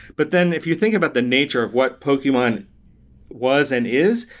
but then if you think about the nature of what pokemon was and is,